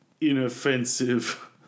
inoffensive